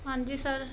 ਹਾਂਜੀ ਸਰ